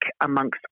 amongst